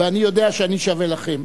ואני יודע שאני שווה לכם,